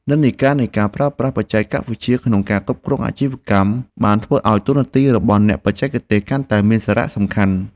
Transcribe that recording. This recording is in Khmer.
និន្នាការនៃការប្រើប្រាស់បច្ចេកវិទ្យាក្នុងការគ្រប់គ្រងអាជីវកម្មបានធ្វើឱ្យតួនាទីរបស់អ្នកបច្ចេកទេសកាន់តែមានសារៈសំខាន់។